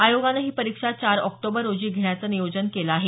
आयोगानं ही परीक्षा चार ऑक्टोबर रोजी घेण्याचं नियोजन केलं आहे